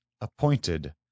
appointed